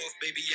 Baby